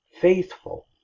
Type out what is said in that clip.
faithful